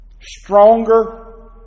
stronger